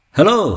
Hello